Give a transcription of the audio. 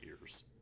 ears